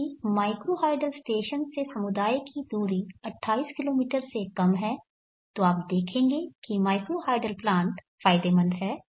यदि micro hydel station से समुदाय की दूरी 28 किलोमीटर से कम है तो आप देखेंगे कि माइक्रो हाइडल प्लांट फायदेमंद है